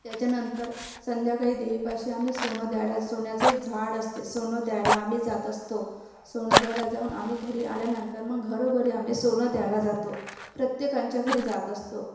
त्याच्यानंतर संध्याकाळी देवीपाशी आम्ही सोनं द्यायला सोन्याचं एक झाड असते सोनं द्यायला आम्ही जात असतो सोनं द्यायला जाऊन आम्ही घरी आल्यानंतर मग घरोघरी आम्ही सोनं द्यायला जातो प्रत्येकांच्या घरी जात असतो